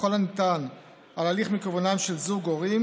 ככל הניתן על ההליך מכיוונם של זוג הורים,